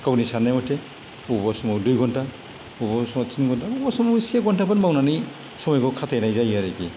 गावनि साननाय मथै बबेबा समाव दुइ घन्टा बबेबा समाव तिन घन्टा बबेबा समाव से घन्टाफोर मावनानै समायखौ खाथायनाय जायो आरोकि